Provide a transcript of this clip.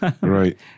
Right